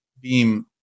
Beam